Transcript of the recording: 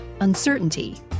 uncertainty